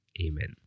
Amen